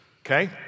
okay